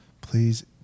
Please